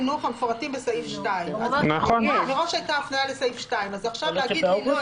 שהייתה הפנייה לסעיף 2. אז עכשיו להגיד: היא לא,